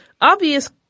Obvious